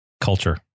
Culture